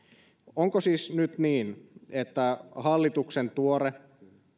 onko siis nyt niin että hallituksen tuore